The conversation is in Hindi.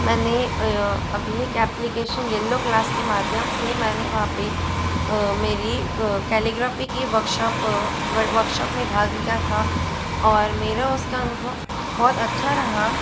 मैंने अभी एक एप्लीकेशन येल्लो क्लास की माध्यम से मैंने वहाँ पर मेरी कैलीग्राफी की वर्कशॉप वर्कशॉप में भाग लिया था और मेरा उसका अनुभव बहुत अच्छा रहा